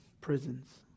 prisons